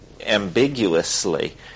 ambiguously